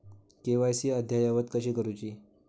KYC अद्ययावत कशी करुची?